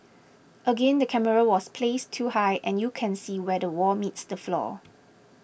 again the camera was placed too high and you can see where the wall meets the floor